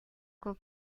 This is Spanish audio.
con